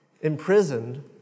imprisoned